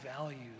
values